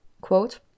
Quote